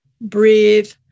breathe